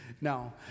No